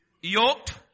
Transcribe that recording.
yoked